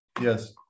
Yes